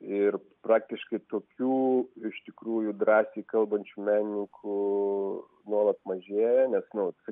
ir praktiškai tokių iš tikrųjų drąsiai kalbančių menininkų nuolat mažėja nes nu